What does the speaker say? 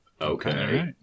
Okay